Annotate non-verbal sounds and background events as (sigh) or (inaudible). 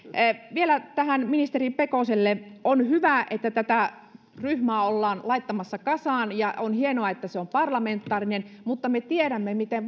vielä ministeri pekoselle on hyvä että tätä ryhmää ollaan laittamassa kasaan ja on hienoa että se on parlamentaarinen mutta me tiedämme miten (unintelligible)